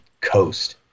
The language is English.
coast